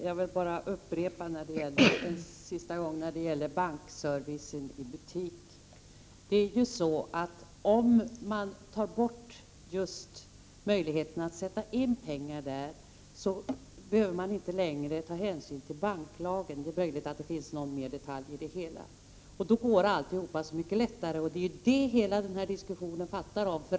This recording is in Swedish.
Fru talman! Jag vill en sista gång upprepa det jag sade om bankservicen i butik. Om man tar bort möjligheten att sätta in pengar, behöver man inte längre ta hänsyn till banklagen — det är möjligt att det finns någon mer detalj i det hela — och då går allting mycket lättare. Det är detta som hela den här diskussionen handlar om.